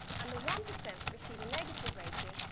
and the one percent that receive a negative rating,